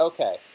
Okay